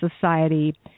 society